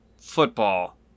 football